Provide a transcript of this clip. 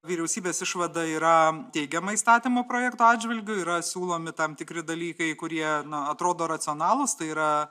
vyriausybės išvada yra teigiama įstatymo projekto atžvilgiu yra siūlomi tam tikri dalykai kurie atrodo racionalūs tai yra